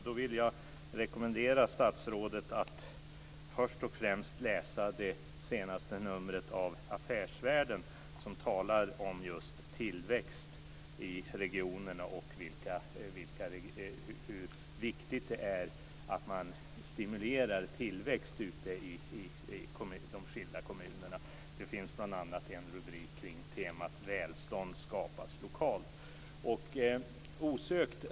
Då vill jag rekommendera statsrådet att först och främst läsa det senaste numret av Affärsvärlden, som talar om just tillväxten i regionerna och hur viktigt det är att man stimulerar tillväxt ute i de enskilda kommunerna. Det finns bl.a. en rubrik kring temat att välstånd skapas lokalt.